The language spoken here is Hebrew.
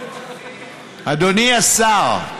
אדוני השר.